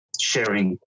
sharing